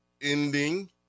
ending